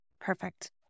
Perfect